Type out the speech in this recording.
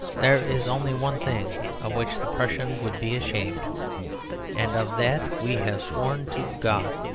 there is only one thing of which the prussian would be ashamed and of that, we have sworn to god,